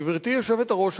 גברתי היושבת-ראש,